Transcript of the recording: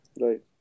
Right